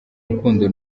urukundo